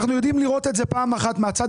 אנחנו יודעים לראות את זה פעם אחת מהצד